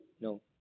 No